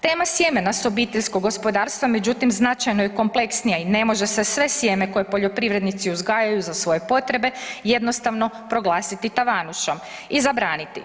Tema sjemena s obiteljskog gospodarstva međutim značajno je kompleksnija i ne može se sve sjeme koje poljoprivrednici uzgajaju za svoje potrebe jednostavno proglasiti tavanušom i zabraniti.